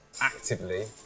actively